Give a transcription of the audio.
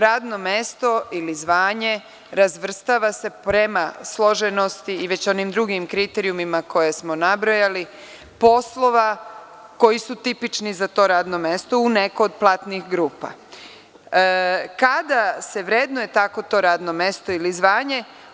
Radno mesto ili zvanje razvrstava se prema složenosti, i već onim drugim kriterijumima koje smo nabrojali, poslova koji su tipični za to radno mesto u neko od platnih grupa, kada se vrednuje tako to radno mesto ili zvanje.